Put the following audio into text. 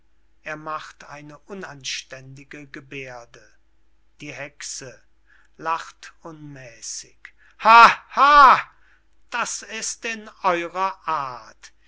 er macht eine unanständige gebärde die hexe lacht unmäßig ha ha das ist in eurer art